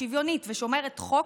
שוויונית ושומרת חוק,